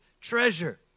treasure